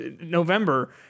November